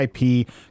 IP